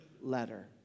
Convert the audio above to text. letter